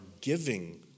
giving